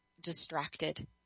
distracted